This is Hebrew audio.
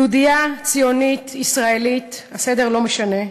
יהודייה, ציונית, ישראלית, הסדר לא משנה,